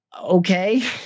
Okay